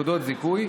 נקודות זיכוי,